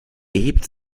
erhebt